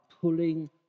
pulling